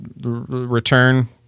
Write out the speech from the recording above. Return